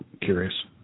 curious